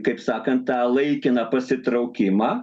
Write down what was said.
kaip sakant tą laikiną pasitraukimą